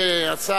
והשר,